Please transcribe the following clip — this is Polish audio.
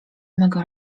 mego